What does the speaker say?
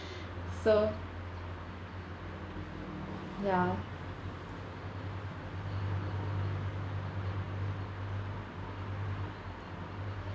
so ya